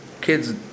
kids